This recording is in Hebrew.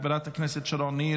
חברת הכנסת שרון ניר,